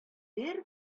бер